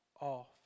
off